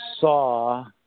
saw